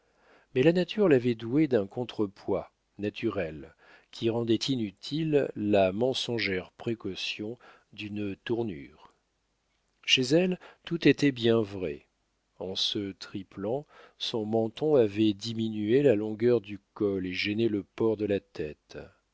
mais la nature l'avait douée d'un contre-poids naturel qui rendait inutile la mensongère précaution d'une tournure chez elle tout était bien vrai en se triplant son menton avait diminué la longueur du col et gêné le port de la tête